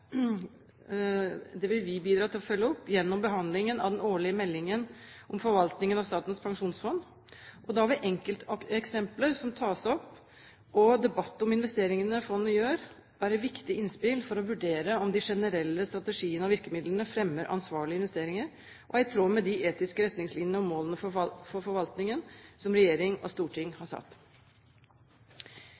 Det vil vi bidra til å følge opp gjennom behandlingen av den årlige meldingen om forvaltningen av Statens pensjonsfond. Da vil enkelteksempler som tas opp, og debatt om investeringene fondet gjør, være viktige innspill for å vurdere om de generelle strategiene og virkemidlene fremmer ansvarlige investeringer, og er i tråd med de etiske retningslinjene og målene for forvaltningen som regjering og storting har satt.